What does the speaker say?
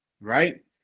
right